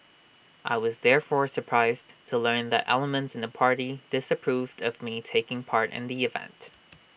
I was therefore surprised to learn that elements in the party disapproved of me taking part in the event